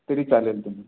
तरी चालेल तुम